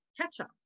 ketchup